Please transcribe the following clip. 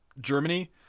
germany